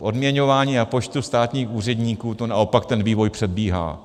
V odměňování a počtu státních úředníků to naopak ten vývoj předbíhá.